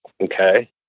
okay